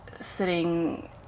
sitting